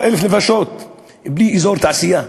16,000 נפשות בלי אזור תעשייה,